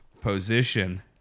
position